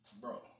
Bro